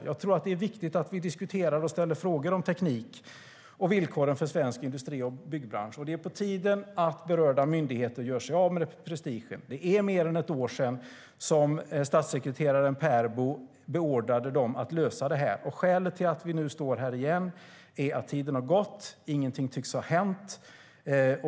Jag tror att det är viktigt att vi diskuterar och ställer frågor om teknik och villkoren för svensk industri och byggbransch. Det är på tiden att berörda myndigheter gör sig av med prestigen. Det är mer än ett år sedan statssekreteraren Perbo beordrade dem att lösa detta. Skälet till att vi nu står här igen är att tiden har gått och ingenting tycks ha hänt.